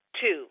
Two